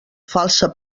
falsa